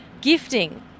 gifting